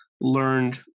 learned